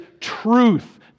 truth